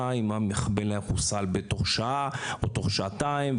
אם המחבל היה מחוסל בתוך שעה או תוך שעתיים,